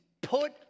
put